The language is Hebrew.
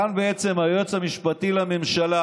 כאן בעצם היועץ המשפטי לממשלה